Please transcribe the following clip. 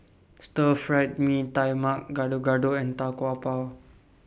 Stir Fried Mee Tai Mak Gado Gado and Tau Kwa Pau